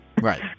right